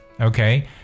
Okay